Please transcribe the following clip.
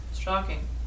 shocking